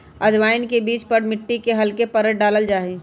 अजवाइन के बीज पर मिट्टी के हल्के परत डाल्ल जाहई